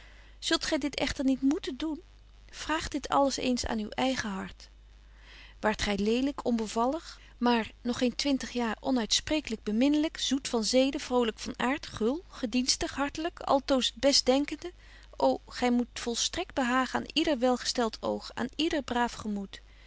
zult gy dit echter niet moeten doen vraag dit alles eens aan uw eigen hart waart gy lelyk onbevallig maar nog geen twintig jaar onuitspreeklyk beminlyk zoet van zeden vrolyk van aart gul gedienstig hartlyk altoos het best denkende ô gy betje wolff en aagje deken historie van mejuffrouw sara burgerhart moet volstrekt behagen aan yder welgestelt oog aan yder braaf gemoed